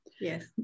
Yes